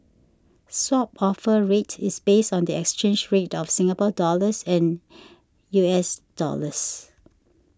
Swap Offer Rate is based on the exchange rate of Singapore dollars with U S dollars